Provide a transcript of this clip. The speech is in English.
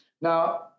Now